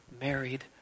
married